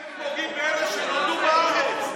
אתם פוגעים באלה שנולדו בארץ.